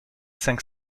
cinq